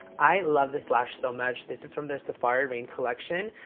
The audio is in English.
i love this lash so much. this is from their safari raine collection.